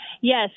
Yes